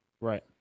right